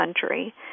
country